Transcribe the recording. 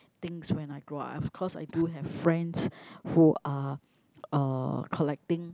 things when I grow up cause I do have friends who are uh collecting